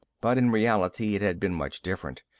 but, in reality, it had been much different.